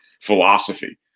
philosophy